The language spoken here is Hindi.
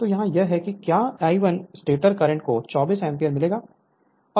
तो यहाँ यह है कि क्या I1 स्टेटर करंट को 24 एम्पीयर मिलेगा